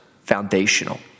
foundational